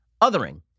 Othering